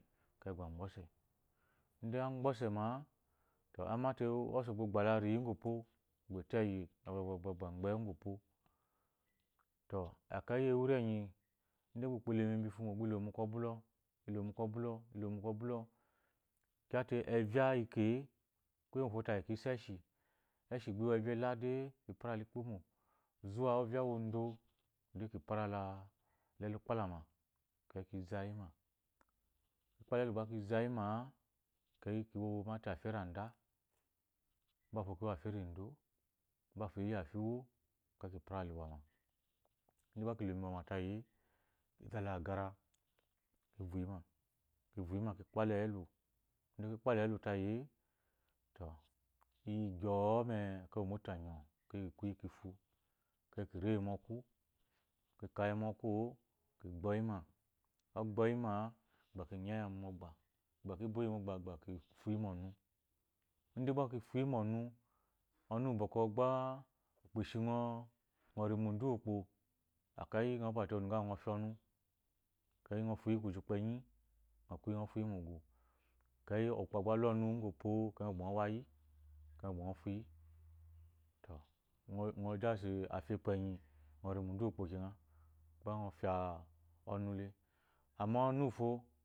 ige agbe ɔse ma to imate ɔse ugba la riyi ugwu epo egbe to eyi gba wu ugwopo to ekeyi ewiri enyi ide ukpo elo mu embi efumo ide elomu kwɔ bulɔ ilomu kwɔ bulo kyate evya ike-e kuye ugufo tayi oso eshi eshi ya ela de ipara la epu ikpomo zuwa ovyo uwodo de l para la ele ikpa lama eke ki zayi ma ki kplala elu gba ki zayi maa eveyi kiwo mate afi eranda mafo kiwo afi erodo mato iyi afi uwu ekeyi ki para la iwawa ide gba ki lomu lwama fayie ki zala agara ki vuyi ma ki viyima ki kpala yi elu ide ki kpala yi elu ide ki kpalayi elu tayi e to iyi gyɔo me ekeyi moto anyo ekeyi ki kuyi ki fu ekeyi ki reyi mo ɔkwu ki kayi. moɔkwu ki gbo yi ma ogboyima gha ki nyayi mo gba ki gha ki boyi mogba ki nyayi mo gba ki gba ki boyi migha ki gba fuyi monu ide gba ke fuyi monu ɔnu bwɔkwɔ gba ukpo eshingɔ ngɔ ri mu udu ukpo eveyi ngɔ pwate ɔnu gawu ngɔ kuyi ngɔ fuyi kiyi kpenyi ngɔ kuyi ngɔ fuyi mu ugu ekeyi ukpo agba ala onu ugwu opo ekeyi ngɔ gba ngɔ wayi ekeyi ngɔ gba ngɔ fuyi to ngɔ de afi epo enuyi agɔ ri udu ukpo kena gba ngɔ. fya ɔnu le